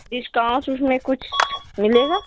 discounts उसमें कुछ मिलेगा